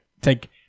take